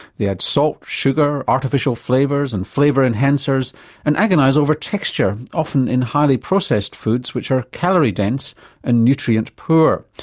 they add salt, sugar, artificial flavours and flavour enhancers and agonise over texture often in highly processed foods which are calorie dense and nutrient poor.